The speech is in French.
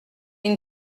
une